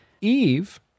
Eve